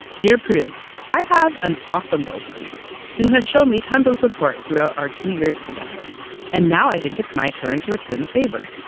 dear prudence, i have an awesome boyfriend who has shown me tons of support through our. two years together and now i think it's my turn to return the favor.